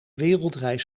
wereldreis